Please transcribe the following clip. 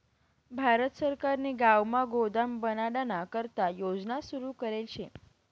भारत सरकारने गावमा गोदाम बनाडाना करता योजना सुरू करेल शे